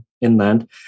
inland